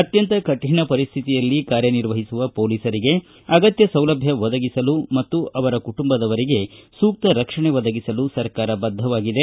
ಅತ್ಯಂತ ಕಠಿಣ ಪರಿಸ್ಥಿತಿಯಲ್ಲಿ ಕಾರ್ಯ ನಿರ್ವಹಿಸುವ ಪೊಲೀಸರಿಗೆ ಅಗತ್ಯ ಸೌಲಭ್ಯ ಒದಗಿಸಲು ಮತ್ತು ಅವರ ಕುಟುಂಬದವರಿಗೆ ಸೂಕ್ತ ರಕ್ಷಣೆ ಒದಗಿಸಲು ಸರ್ಕಾರದ ಬದ್ಧವಾಗಿದೆ